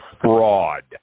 fraud